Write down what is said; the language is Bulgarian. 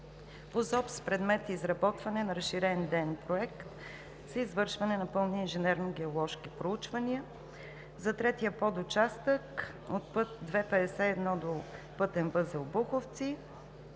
ЗОП с предмет „Изработване на разширен идеен проект за извършване на пълни инженерно-геоложки проучвания“. За третия подучастък от път 2-51 до пътен възел „Буховци“,